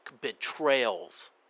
betrayals